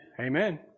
Amen